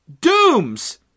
Dooms